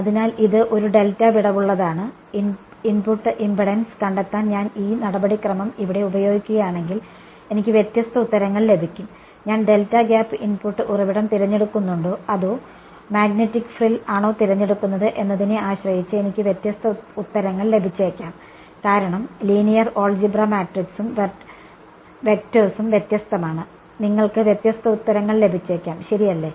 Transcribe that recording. അതിനാൽ ഇത് ഒരു ഡെൽറ്റ വിടവുള്ളതാണ് ഇൻപുട്ട് ഇംപെഡൻസ് കണ്ടെത്താൻ ഞാൻ ഈ നടപടിക്രമം ഇവിടെ ഉപയോഗിക്കുകയാണെങ്കിൽ എനിക്ക് വ്യത്യസ്ത ഉത്തരങ്ങൾ ലഭിക്കും ഞാൻ ഡെൽറ്റ ഗ്യാപ്പ് ഇൻപുട്ട് ഉറവിടം തിരഞ്ഞെടുക്കുന്നുണ്ടോ അതോ മാഗ്നെറ്റിക് ഫ്രിൽ ആണോ തിരഞ്ഞെടുക്കുന്നത് എന്നതിനെ ആശ്രയിച്ച് എനിക്ക് വ്യത്യസ്ത ഉത്തരങ്ങൾ ലഭിച്ചേക്കാം കാരണം ലീനിയർ ഓൾജിബ്ര മാട്രിക്സും വെക്ടർസും വ്യത്യസ്തമാണ് നിങ്ങൾക്ക് വ്യത്യസ്ത ഉത്തരങ്ങൾ ലഭിച്ചേക്കാം ശരിയല്ലേ